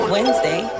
Wednesday